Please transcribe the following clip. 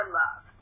love